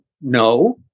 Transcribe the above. No